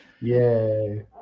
Yay